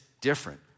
different